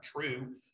true